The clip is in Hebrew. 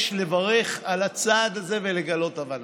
יש לברך על הצעד הזה ולגלות הבנה.